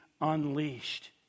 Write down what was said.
unleashed